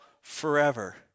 forever